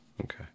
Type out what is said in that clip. okay